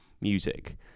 music